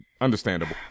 Understandable